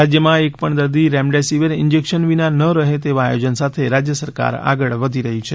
રાજ્યમાં એકપણ દર્દી રેમેડેસીવર ઇન્જેકશન વિના ન રહે તેવા આયોજન સાથે રાજ્ય સરકાર આગળ વધી રહી છે